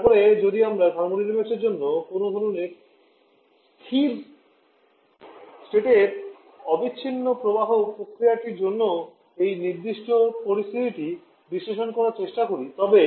তারপরে যদি আমরা থার্মোডাইনামিক্সের জন্য কোনও ধরণের স্থির স্টেটের অবিচ্ছিন্ন প্রবাহ প্রক্রিয়াটির জন্য এই নির্দিষ্ট পরিস্থিতিটি বিশ্লেষণ করার চেষ্টা করি তবে